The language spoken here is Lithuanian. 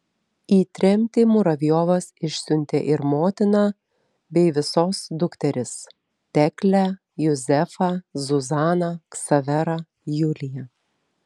į tremtį muravjovas išsiuntė ir motiną bei visos dukteris teklę juzefą zuzaną ksaverą juliją